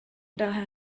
daher